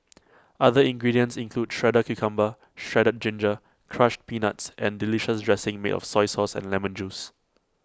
other ingredients include shredded cucumber shredded ginger crushed peanuts and delicious dressing made of soy sauce and lemon juice